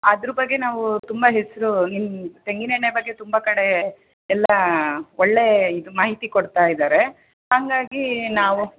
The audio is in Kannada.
ಅದ್ರ ಬಗ್ಗೆ ನಾವು ತುಂಬ ಹೆಸರು ನಿಮ್ಮ ತೆಂಗಿನ ಎಣ್ಣೆ ಬಗ್ಗೆ ತುಂಬ ಕಡೆ ಎಲ್ಲ ಒಳ್ಳೆಯ ಇದು ಮಾಹಿತಿ ಕೊಡ್ತಾ ಇದ್ದಾರೆ ಹಾಗಾಗಿ ನಾವು